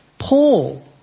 Paul